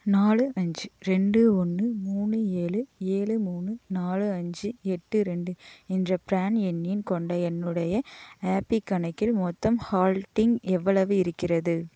நாலு அஞ்சு ரெண்டு ஒன்று மூணு ஏழு ஏழு மூணு நாலு அஞ்சு எட்டு ரெண்டு என்ற ப்ரான் எண்ணின் கொண்ட என்னுடைய ஆப்பி கணக்கில் மொத்தம் ஹால்டிங் எவ்வளவு இருக்கிறது